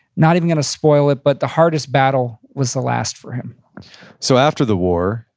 not even gonna spoil it, but the hardest battle was the last for him so after the war,